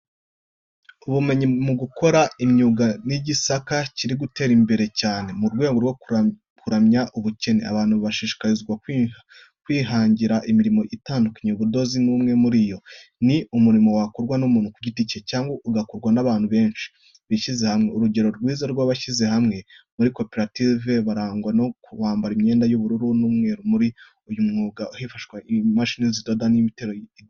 Ubumenyi mu gukora imyuga ni igisata kiri gutera imbere cyane. Mu rwego rwo kurwanya ubukene, abantu bashishikarizwa kwihangira imirimo itandukanye. Ubudozi ni umwe muri iyo. Ni umurimo wakorwa n'umuntu ku giti cye, cyangwa ugakorwa n'abantu benshi bishyize hamwe. Urugero rwiza rw'abishyize hamwe muri koperative barangwa no kwambara imyenda isa n'ubururu n'umweru. Muri uyu mwuga hifashishwa imashini zidoda, metero n'indodo.